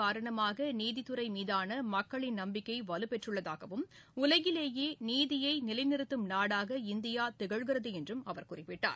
காரணமாகநீதித்துறைமீதானமக்களின் நம்பிக்கைவலுப்பெற்றுள்ளதாகவும் இந்ததீா்ப்பு உலகிலேயேநீதியைநிலைநிறுத்தும் நாடாக இந்தியாதிகழ்கிறதுஎன்றும் அவர் குறிப்பிட்டார்